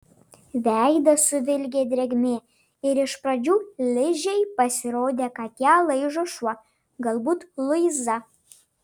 veidą suvilgė drėgmė ir iš pradžių ližei pasirodė kad ją laižo šuo galbūt luiza